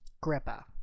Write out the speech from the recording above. Grippa